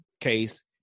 case